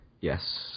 Yes